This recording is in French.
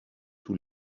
tous